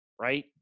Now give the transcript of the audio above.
right